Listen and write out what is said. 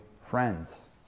friends